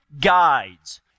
guides